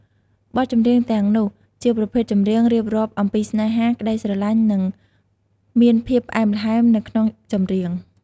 បទចម្រៀងទាំងនោះជាប្រភេទចម្រៀងរៀបរាប់អំពីស្នេហា ក្តីស្រឡាញ់និងមានភាពផ្អែមល្ហែមនៅក្នុងចម្រៀង។